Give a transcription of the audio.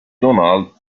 donald